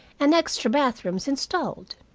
and extra bathrooms installed.